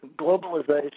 globalization